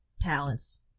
talents